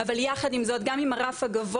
אבל יחד עם זאת גם עם הרף הגבוה,